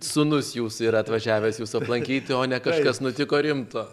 sūnus jūsų yra atvažiavęs jūsų aplankyti o ne kažkas nutiko rimto